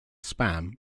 spam